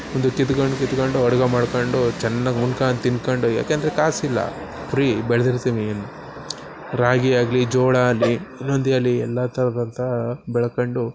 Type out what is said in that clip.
ಬಂದು ಕಿತ್ಕೊಂಡ್ ಕಿತ್ಕೊಂಡು ಅಡುಗೆ ಮಾಡ್ಕೊಂಡು ಚೆನ್ನಾಗ್ ಉಂಡ್ಕೊಂಡ್ ತಿನ್ಕೊಂಡು ಯಾಕೆಂದರೆ ಕಾಸಿಲ್ಲ ಫ್ರೀ ಬೆಳ್ದಿರ್ತೀನಿ ರಾಗಿ ಆಗಲೀ ಜೋಳ ಆಗ್ಲಿ ಇನ್ನೊಂದೆ ಆಗ್ಲಿ ಎಲ್ಲ ಥರದಂಥ ಬೆಳ್ಕೊಂಡು